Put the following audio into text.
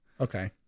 okay